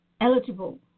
eligible